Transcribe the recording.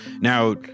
Now